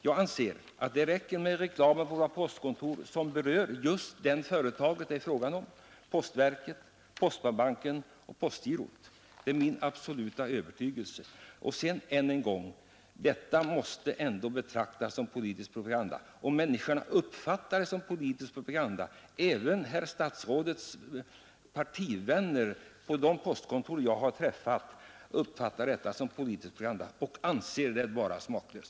Jag anser att det där räcker med den reklam som berör företaget självt: postverket, postbanken och postgirot. Detta är min absoluta övertygelse. Jag vill upprepa att denna reklam måste betraktas som politisk propaganda och att människorna uppfattar den som politisk propaganda. Även herr statsrådets partivänner på postkontoren — de av dem som jag har träffat — uppfattar denna reklam som politisk propaganda och anser den vara smaklös.